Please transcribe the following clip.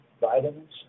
vitamins